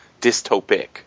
dystopic